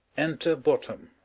enter bottom